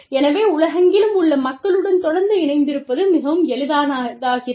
எனவே உலகெங்கிலும் உள்ள மக்களுடன் தொடர்ந்து இணைந்திருப்பது மிகவும் எளிதானதாகிறது